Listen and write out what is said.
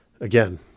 Again